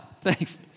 Thanks